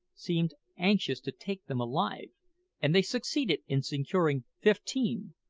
seemed anxious to take them alive and they succeeded in securing fifteen,